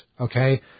okay